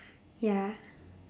ya